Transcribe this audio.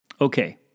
Okay